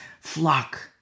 flock